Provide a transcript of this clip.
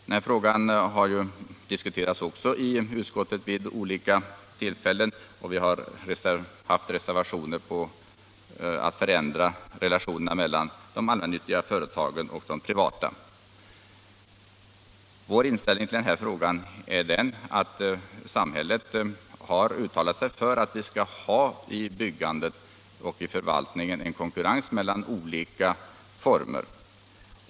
Den här frågan har också diskuterats i utskottet vid olika tillfällen, och vi på borgerligt håll har haft reservationer om att förändra relationerna mellan de allmännyttiga och de privata företagen. Vår inställning till frågan är att samhället har uttalat sig för att det i byggandet och förvaltningen skall finnas konkurrens mellan olika former.